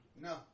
No